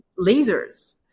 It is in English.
lasers